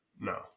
No